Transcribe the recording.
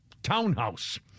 Townhouse